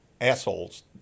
assholes